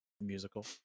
musical